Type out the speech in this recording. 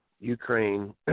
Ukraine